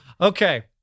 okay